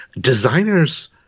designers